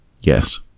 yes